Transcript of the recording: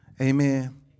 Amen